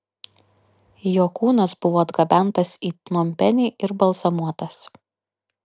jo kūnas buvo atgabentas į pnompenį ir balzamuotas